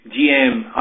GM